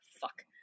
Fuck